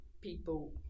people